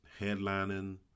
headlining